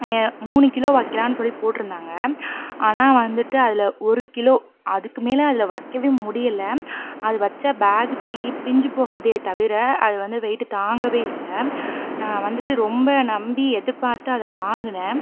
மூணு கிலோ வைக்கலான்னு சொல்லிப் போட்டுருந்தாங்க ஆனால் வந்துட்டு அதுல ஒரு கிலோ அதுக்கு மேலே அதில் வைக்கவே முடியல அது வச்சால் பேக்கு பி பிஞ்சிபோகுதே தவிர அது வந்து வெயிட்டு தாங்கவே இல்லை நான் வந்துட்டு ரொம்ப நம்பி எதிர்பார்த்து அதை வாங்குனேன்